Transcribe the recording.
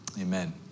Amen